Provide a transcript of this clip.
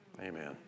Amen